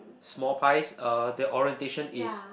small pies uh the orientation is